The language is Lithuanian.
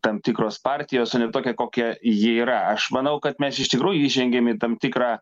tam tikros partijos o ne tokią kokia ji yra aš manau kad mes iš tikrųjų įžengėm į tam tikrą